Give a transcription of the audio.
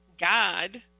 God